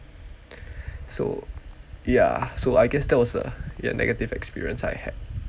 so ya so I guess that was a ya negative experience I had